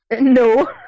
No